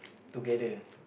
together